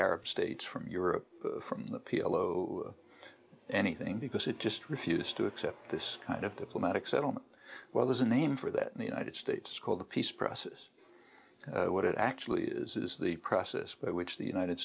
arab states from europe from the p l o anything because it just refused to accept this kind of diplomatic settlement well there's a name for that in the united states called the peace process what it actually is is the process by which the united